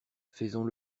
faisons